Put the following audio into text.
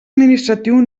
administratiu